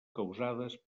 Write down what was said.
causades